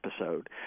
episode